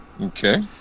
Okay